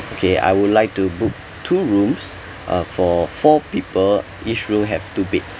okay I would like to book two rooms uh for four people each room have two beds